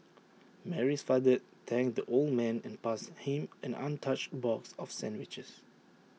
Mary's father thanked the old man and passed him an untouched box of sandwiches